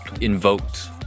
invoked